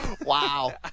wow